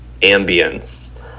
ambience